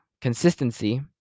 consistency